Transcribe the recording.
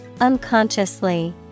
Unconsciously